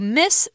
miss